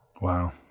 wow